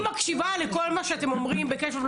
אני מקשיבה לכל מה שאתם אומרים בקשב רב,